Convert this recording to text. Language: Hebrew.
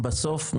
בסוף,